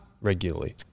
regularly